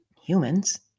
humans